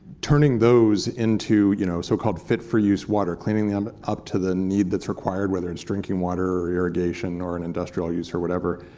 turning those into you know so-called fit for use water cleaning them up to the need that's required, whether it's drinking water or irrigation or an industrial use or whatever